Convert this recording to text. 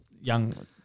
young